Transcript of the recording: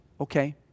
Okay